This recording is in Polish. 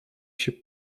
się